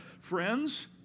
friends